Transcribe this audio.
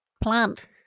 plant